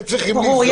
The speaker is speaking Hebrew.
ברור.